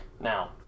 Now